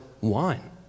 wine